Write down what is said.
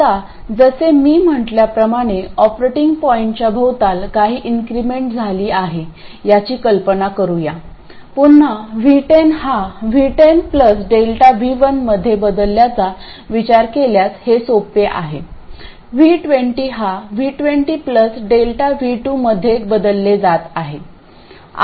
आता जसे मी म्हटल्याप्रमाणे ऑपरेटिंग पॉईंटच्या भोवताल काही इंक्रीमेंट झाली आहे याची कल्पना करू या पुन्हा V10 हा V10 ΔV1 मध्ये बदलल्याचा विचार केल्यास हे सोपे आहे V20 हा V20 ΔV2 मध्ये बदलले जात आहे